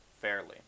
fairly